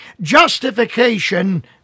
Justification